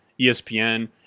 ESPN